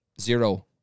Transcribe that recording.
zero